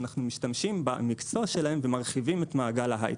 אנחנו משתמשים במקצוע שלהם ומרחיבים את מעגל ההייטק.